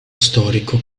storico